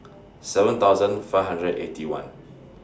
seven thousand five hundred and Eighty One